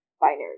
binary